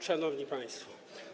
Szanowni Państwo!